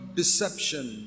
deception